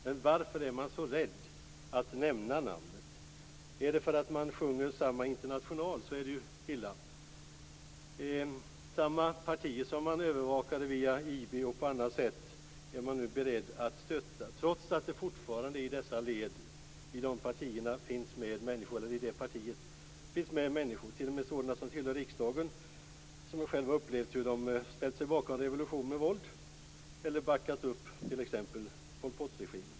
Men varför är man så rädd att nämna namnet? Är det för att man sjunger samma "international", så är det ju illa. Samma partier som man övervakade via IB och på andra sätt är man nu beredd att stötta, trots att det fortfarande i dessa partier finns med människor, t.o.m. sådana som tillhör riksdagen, som jag själv har upplevt har ställt sig bakom revolution med våld eller backat upp t.ex. Pol Pot-regimen.